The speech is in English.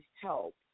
help